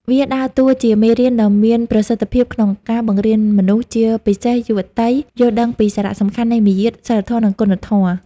វាដើរតួជាមេរៀនដ៏មានប្រសិទ្ធភាពក្នុងការបង្រៀនមនុស្ស ជាពិសេសយុវតី យល់ដឹងពីសារៈសំខាន់នៃមារយាទ សីលធម៌ និងគុណធម៌។